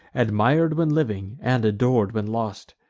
admir'd when living, and ador'd when lost!